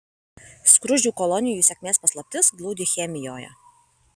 skruzdžių kolonijų sėkmės paslaptis glūdi chemijoje